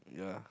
yeah